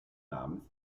namens